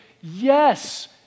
yes